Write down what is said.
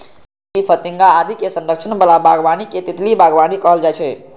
तितली, फतिंगा आदि के संरक्षण बला बागबानी कें तितली बागबानी कहल जाइ छै